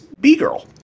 B-Girl